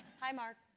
hi, mark.